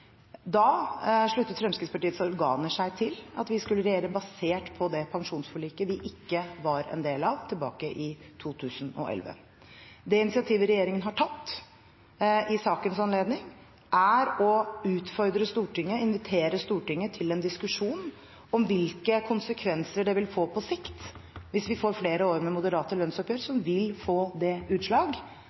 Da sluttet Fremskrittspartiets organer seg til at vi skulle regjere basert på det pensjonsforliket vi ikke var en del av tilbake i 2011. Det initiativet regjeringen har tatt i sakens anledning, er å utfordre Stortinget – invitere Stortinget – til en diskusjon om hvilke konsekvenser det vil få på sikt hvis vi får flere år med moderate lønnsoppgjør, noe som vil få det utslag